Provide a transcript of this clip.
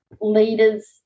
leaders